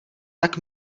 tak